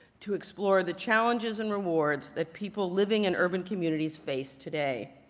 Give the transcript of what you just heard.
to explore the challenges and rewards that people living in urban communities face today.